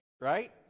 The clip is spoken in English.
right